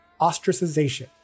ostracization